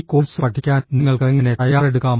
ഈ കോഴ്സ് പഠിക്കാൻ നിങ്ങൾക്ക് എങ്ങനെ തയ്യാറെടുക്കാം